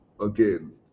again